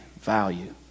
value